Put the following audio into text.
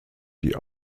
die